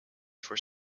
for